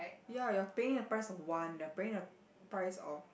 ya you are paying the price of one they are paying the price of